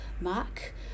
mark